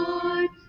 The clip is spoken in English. Lord